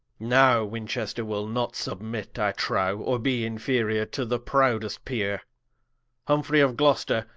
now winchester will not submit, i trow, or be inferiour to the proudest peere humfrey of gloster,